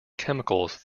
chemicals